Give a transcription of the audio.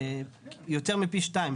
יותר מפי שניים,